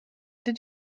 did